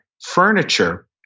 furniture